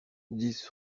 dix